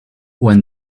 when